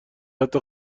حتی